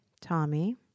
Tommy